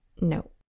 No